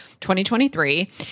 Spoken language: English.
2023